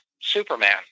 Superman